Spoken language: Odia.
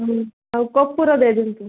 ହୁଁ ଆଉ କର୍ପୂର ଦେଇ ଦିଅନ୍ତୁ